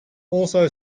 also